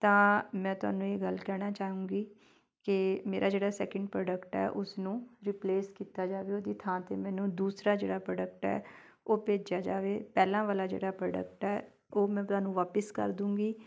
ਤਾਂ ਮੈਂ ਤੁਹਾਨੂੰ ਇਹ ਗੱਲ ਕਹਿਣਾ ਚਾਹੂੰਗੀ ਕਿ ਮੇਰਾ ਜਿਹੜਾ ਸੈਕਿੰਡ ਪ੍ਰੋਡਕਟ ਹੈ ਉਸਨੂੰ ਰਿਪਲੇਸ ਕੀਤਾ ਜਾਵੇ ਉਹਦੀ ਥਾਂ 'ਤੇ ਮੈਨੂੰ ਦੂਸਰਾ ਜਿਹੜਾ ਪ੍ਰੋਡਕਟ ਹੈ ਉਹ ਭੇਜਿਆ ਜਾਵੇ ਪਹਿਲਾਂ ਵਾਲਾ ਜਿਹੜਾ ਪ੍ਰੋਡਕਟ ਹੈ ਉਹ ਮੈਂ ਤੁਹਾਨੂੰ ਵਾਪਿਸ ਕਰ ਦਉਂਗੀ